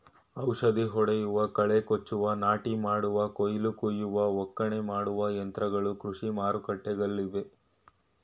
ಔಷಧಿ ಹೊಡೆಯುವ, ಕಳೆ ಕೊಚ್ಚುವ, ನಾಟಿ ಮಾಡುವ, ಕುಯಿಲು ಕುಯ್ಯುವ, ಒಕ್ಕಣೆ ಮಾಡುವ ಯಂತ್ರಗಳು ಕೃಷಿ ಮಾರುಕಟ್ಟೆಲ್ಲಿವೆ